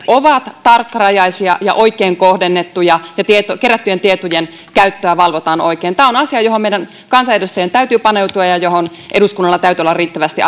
ovat tarkkarajaisia ja oikein kohdennettuja ja kerättyjen tietojen käyttöä valvotaan oikein tämä on asia johon meidän kansanedustajien täytyy paneutua ja johon eduskunnalla täytyy olla riittävästi